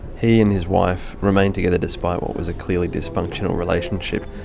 he and his wife remained together despite what was a clearly dysfunctional relationship.